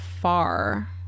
far